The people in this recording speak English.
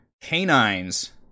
canines